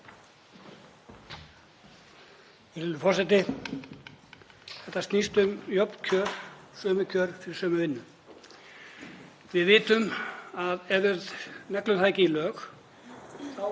Þetta snýst um jöfn kjör, sömu kjör fyrir sömu vinnu. Við vitum að ef við neglum það ekki í lög þá